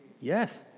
Yes